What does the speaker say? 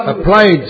applied